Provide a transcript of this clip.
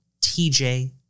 TJ